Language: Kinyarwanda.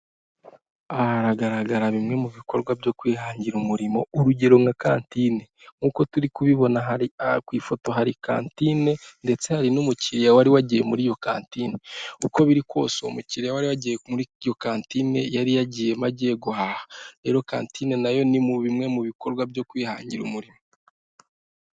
Aha haragaragara bimwe mu bikorwa byo kwihangira umurimo urugero nka kantine nkuko turi kubibona hari ku ifoto hari kantine ndetse, hari n'umukiriya wari wagiye muri iyo kantine uko biri kose umukiriya wari yagiye muri yo kantine yari yagiyemo agiye guhaha iyo kantine nayo ni bimwe mu bikorwa byo kwihangira umurimo.